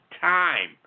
time